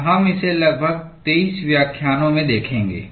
और हम इसे लगभग 23 व्याख्यानों में देखेंगे